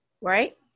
right